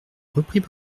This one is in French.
repris